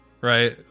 right